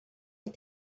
had